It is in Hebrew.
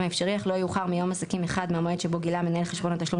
האפשרי אך לא יאוחר מיום עסקים אחד מהמועד שבו גילה מנהל חשבון התשלום